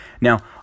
Now